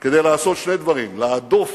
כדי לעשות שני דברים: להדוף